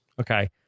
Okay